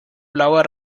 blauer